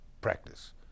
practice